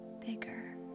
bigger